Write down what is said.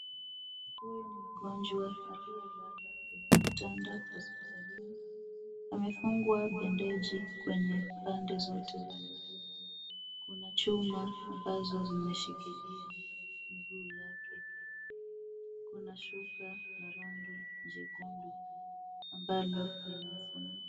Huyu ni mgonjwa aliyelala kwenye kitanda hospitalini. Amefungwa bendeji kwenye pande zote za miguu. Kuna chuma ambazo zimeshikilia miguu yake. Kuna shuka la rangi jekundu ambalo limemfunika.